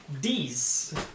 D's